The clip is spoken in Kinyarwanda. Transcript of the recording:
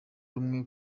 rumwe